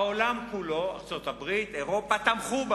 העולם כולו, ארצות-הברית, אירופה, תמכו בנו,